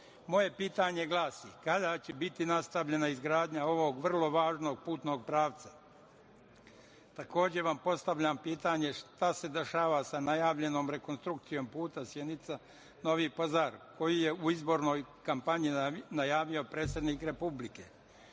pitanje glasi – kada će biti nastavljena izgradnja ovog vrlo važnog putnog pravca? Takođe vam postavljam pitanje – šta se dešava sa najavljenom rekonstrukcijom puta Sjenica-Novi Pazar, koji je u izbornoj kampanji najavio predsednik Republike? Ukoliko